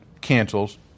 cancels